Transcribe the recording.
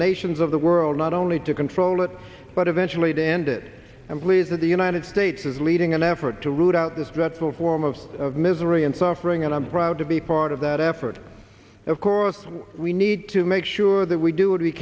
nations of the world not only to control it but eventually to end it i'm pleased that the united states is leading an effort to root out this dreadful foremost of misery and suffering and i'm proud to be part of that effort of course we need to make sure that we do